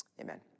amen